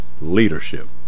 leadership